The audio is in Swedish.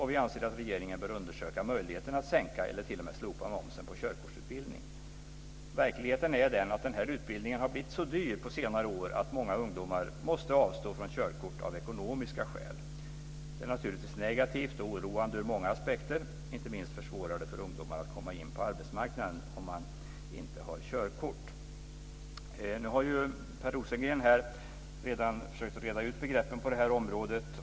Vi anser att regeringen bör undersöka möjligheten att sänka eller t.o.m. slopa momsen på körkortsutbildning. Verkligheten är den att utbildningen har blivit så dyr på senare år att många ungdomar måste avstå från körkort av ekonomiska skäl. Det är naturligtvis negativt och oroande ur många aspekter. Inte minst försvårar det för ungdomar att komma in på arbetsmarknaden om de inte har körkort. Nu har Per Rosengren tidigare försökt att reda ut begreppen på det här området.